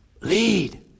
Lead